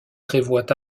prévoit